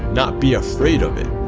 not be afraid of it.